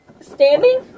standing